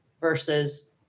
versus